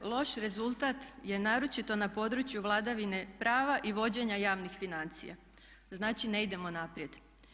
Loš rezultat je naročito na području vladavine prava i vođenja javnih financija, znači ne idemo naprijed.